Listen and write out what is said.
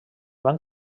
van